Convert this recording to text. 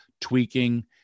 tweaking